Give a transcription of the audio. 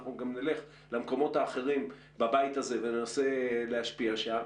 ואנחנו גם נלך למקומות האחרים בבית הזה וננסה להשפיע שם.